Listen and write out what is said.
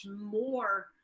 more